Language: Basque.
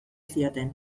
zioten